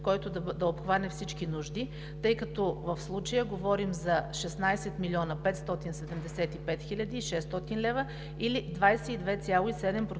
който да обхване всички нужди, тъй като в случая говорим за 16 млн. 575 хил. 600 лв., или 22,7% от